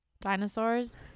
dinosaurs